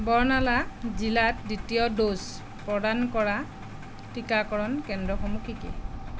বাৰ্ণালা জিলাত দ্বিতীয় ড'জ প্ৰদান কৰা টিকাকৰণ কেন্দ্ৰসমূহ কি কি